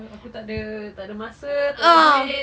aku tak ada tak ada masa tak ada duit